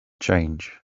change